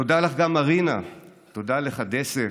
תודה גם לך, מרינה, תודה לך, דסיה,